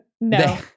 No